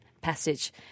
passage